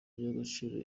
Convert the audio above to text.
y’agaciro